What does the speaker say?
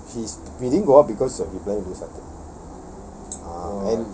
so he's we didn't go out because he's planning to do saturday